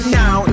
now